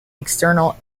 external